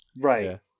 Right